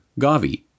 GAVI